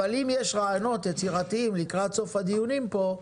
אם יש רעיונות יצירתיים לקראת סוף הדיונים כאן,